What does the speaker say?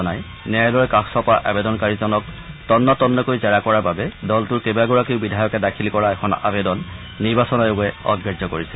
জনাই ন্যায়ালয়ৰ কাষ চপা আৱেদনকাৰীজনক তন্নতন্নকৈ জেৰা কৰাৰ বাবে দলটোৰ কেইবাগৰাকীও বিধায়কে দাখিল কৰা এখন আৱেদন নিৰ্বাচন আয়োগে অগ্ৰাহ্য কৰিছে